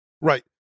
Right